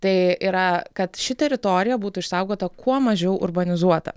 tai yra kad ši teritorija būtų išsaugota kuo mažiau urbanizuota